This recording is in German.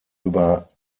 über